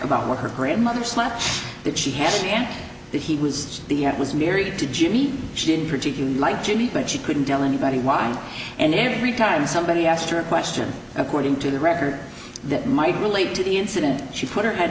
about what her grandmother slept that she had and that he was the was married to jimmy she didn't particularly like jenny but she couldn't tell anybody why and every time somebody asked her a question according to the record that might relate to the incident she put her head